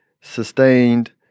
sustained